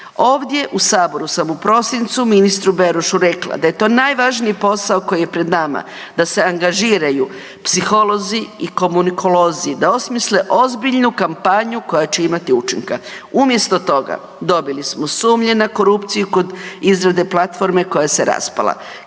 Ovdje u Saboru sam u prosincu ministru Berošu rekla da je to najvažniji posao koji je pred nama, da se angažiraju psiholozi i komunikolozi, da osmisle ozbiljnu kampanju koja će imati učinka. Umjesto toga dobili smo sumnje na korupciju kod izrade platforme koja se raspala,